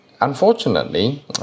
unfortunately